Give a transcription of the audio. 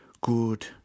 Good